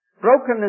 Brokenness